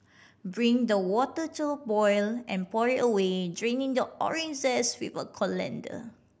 bring the water to a boil and pour it away draining the orange zest with a colander